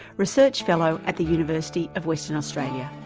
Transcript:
research fellow at the university of western australia.